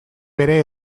bere